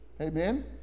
Amen